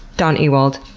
dawn ewald,